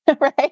right